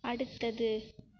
அடுத்தது